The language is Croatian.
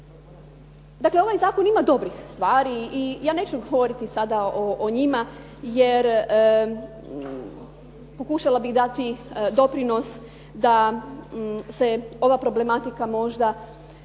Dakle, ovaj zakon ima dobrih stvari i ja neću govoriti samo o njima, jer pokušala bih dati doprinos da se ova problematika možda